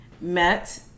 met